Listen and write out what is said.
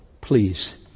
please